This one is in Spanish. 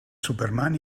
superman